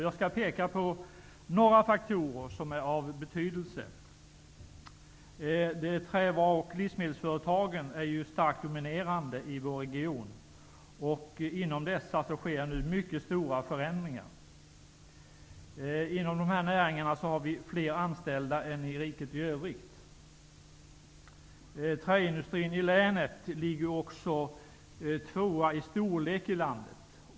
Jag skall peka på några faktorer som är av betydelse. Trävaru och livsmedelsföretagen är starkt dominerande i vår region, och inom dessa företag sker nu mycket stora förändringar. Inom dessa näringar har vi fler anställda än som gäller på andra håll i riket. Vidare är länets träindustri näst störst i landet.